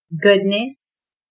goodness